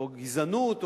או גזענות,